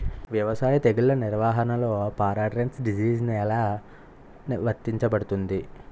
వ్యవసాయ తెగుళ్ల నిర్వహణలో పారాట్రాన్స్జెనిసిస్ఎ లా వర్తించబడుతుంది?